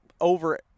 over